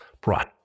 brought